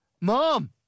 Mom